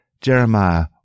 Jeremiah